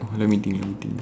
orh let me think let me think